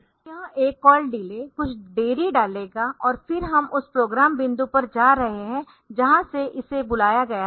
तो यह A call delay कुछ देरी डालेगा और फिर हम उस प्रोग्राम बिंदु पर जा रहे है जहां से इसे बुलाया गया था